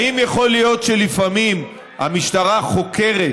האם יכול להיות שלפעמים המשטרה חוקרת